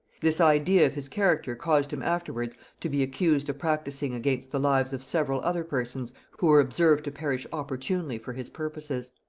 this idea of his character caused him afterwards to be accused of practising against the lives of several other persons who were observed to perish opportunely for his purposes.